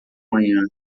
manhã